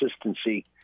consistency